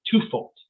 twofold